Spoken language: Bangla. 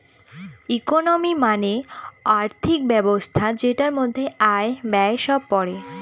ইকোনমি মানে আর্থিক ব্যবস্থা যেটার মধ্যে আয়, ব্যয় সব পড়ে